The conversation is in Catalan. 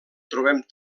trobem